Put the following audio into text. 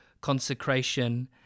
consecration